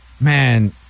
man